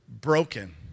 broken